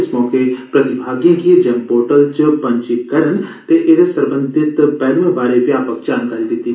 इस मौके प्रतिभागिएं गी जैम पोर्टल च पंजीकरण ते एह्दे सरबंधी पैह्लुएं बारे व्यापक जानकारी दित्ती